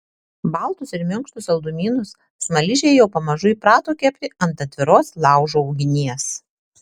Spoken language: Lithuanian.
baltus ir minkštus saldumynus smaližiai jau pamažu įprato kepti ant atviros laužo ugnies